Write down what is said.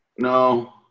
No